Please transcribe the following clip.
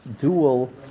dual